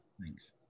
Thanks